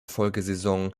folgesaison